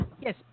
Yes